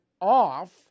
off